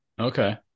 Okay